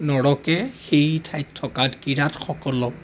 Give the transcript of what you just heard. নৰকে সেই ঠাইত থকা কিৰাতসকলক